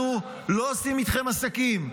אנחנו לא עושים איתכם עסקים.